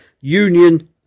union